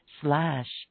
slash